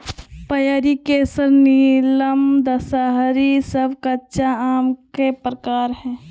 पयरी, केसर, नीलम, दशहरी सब कच्चा आम के प्रकार हय